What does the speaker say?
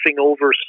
over